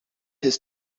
his